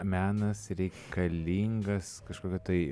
menas reikalingas kažkokio tai